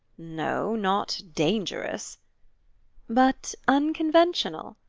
no not dangerous but unconventional?